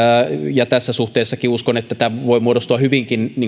ja tässäkin suhteessa uskon että tämä voi muodostua hyvinkin